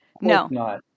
no